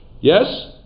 Yes